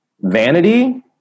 vanity